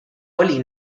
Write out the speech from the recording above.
oli